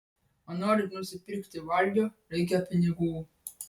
o norint nusipirkti valgio reikia pinigų